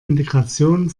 integration